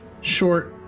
short